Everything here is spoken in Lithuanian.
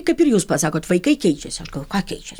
kaip ir jūs pasakot vaikai keičiasi aš galvoju ką keičias